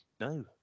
No